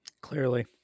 Clearly